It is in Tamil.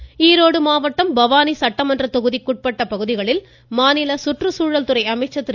கருப்பணன் ஈரோடு மாவட்டம் பவானி சட்டமன்ற தொகுதிக்குட்பட்ட பகுதிகளில் மாநில சுற்றுச்சூழல் துறை அமைச்சர் திரு